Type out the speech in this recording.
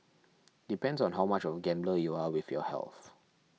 depends on how much of a gambler you are with your health